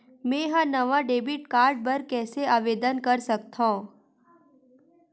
मेंहा नवा debit card बर कैसे आवेदन कर सकथव?